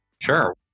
Sure